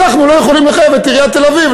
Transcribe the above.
אנחנו לא יכולים לחייב את עיריית תל-אביב,